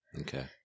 Okay